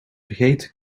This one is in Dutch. vergeten